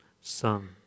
son